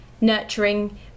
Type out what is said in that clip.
nurturing